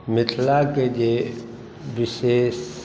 मिथिलाके जे विशेष